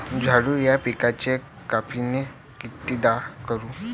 झेंडू या पिकाची कापनी कितीदा करू?